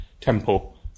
Temple